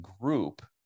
group